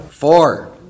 Four